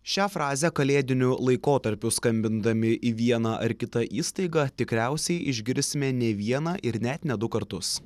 šią frazę kalėdiniu laikotarpiu skambindami į vieną ar kitą įstaigą tikriausiai išgirsime ne vieną ir net ne du kartus